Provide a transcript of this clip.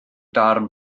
darn